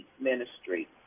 ministry